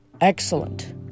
Excellent